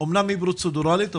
אמנם פרוצדוראלית,